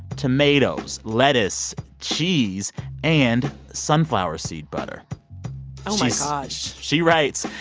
tomatoes, lettuce, cheese and sunflower seed butter oh, my gosh she writes,